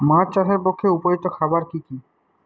মাছ চাষের পক্ষে উপযুক্ত খাবার কি কি?